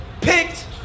picked